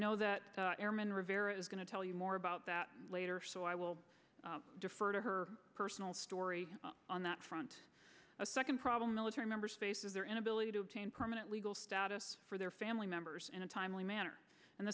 know that airman rivera is going to tell you more about that later so i will defer to her personal story on that front a second problem military members faces their inability to permanent legal status for their family members in a timely manner and